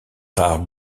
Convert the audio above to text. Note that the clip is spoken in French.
rares